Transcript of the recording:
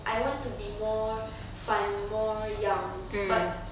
I want to be more fun more young but